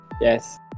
Yes